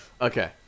Okay